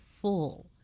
full